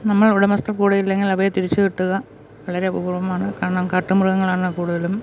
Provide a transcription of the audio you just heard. നമ്മൾ ഉടമസ്ഥൻ കൂടെ ഇല്ലെങ്കിൽ അവയെ തിരിച്ച് കിട്ടുക വളരെ അപൂർവ്വമാണ് കാരണം കാട്ട് മൃഗങ്ങളാണ് കൂടുതലും